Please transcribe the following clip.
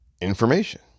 information